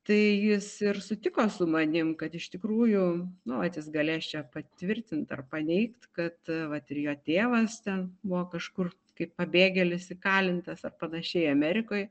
tai jis ir sutiko su manim kad iš tikrųjų nu vat jis galės čia patvirtint ar paneigt kad vat ir jo tėvas ten buvo kažkur kaip pabėgėlis įkalintas ar panašiai amerikoj